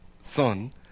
son